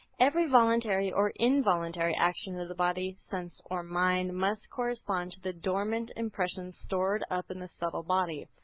every voluntary or involuntary action of the body, sense or mind must correspond to the dormant impressions stored up in the subtle body.